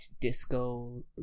disco